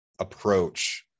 approach